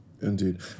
indeed